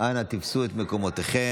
אנא תפסו את מקומותיכם,